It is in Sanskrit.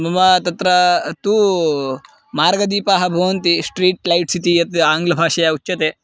मम तत्र तु मार्गदीपाः भवन्ति स्ट्रीट् लैट्स् इति यत् आङ्ग्लभाषायाम् उच्यते